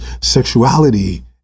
sexuality